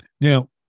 Now